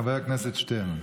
חבר הכנסת שטרן.